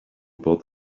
about